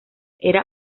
era